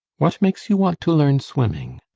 what makes you want to learn swimming?